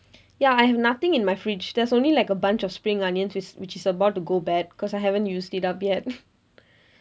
ya I have nothing in my fridge there's only like a bunch of spring onions which is which is about to go bad cause I haven't used it up yet